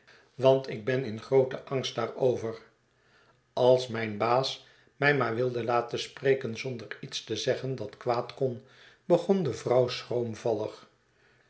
want ik ben in grqoten angst daarover als mijn baas mij maar wilde laten spreken zonder iets te zeggen dat kwaad kon begon de vrouw